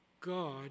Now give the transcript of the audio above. God